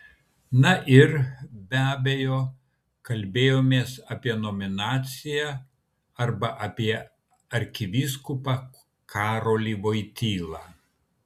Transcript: na ir be abejo kalbėjomės apie nominaciją arba apie arkivyskupą karolį voitylą